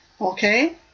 okay